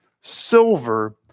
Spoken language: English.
Silver